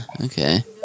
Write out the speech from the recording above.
Okay